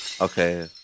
Okay